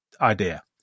idea